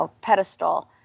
pedestal